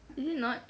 is it not